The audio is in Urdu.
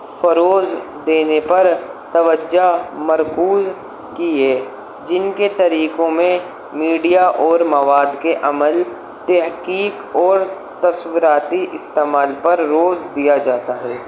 فروغ دینے پر توجہ مرکوز کیے جن کے طریقوں میں میڈیا اور مواد کے عمل تحقیق اور تصوراتی استعمال پر زور دیا جاتا ہے